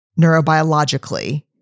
neurobiologically